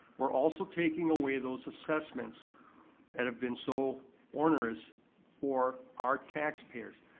we're also taking away those assessments that have been so ornerous for our taxpayers.